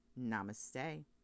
namaste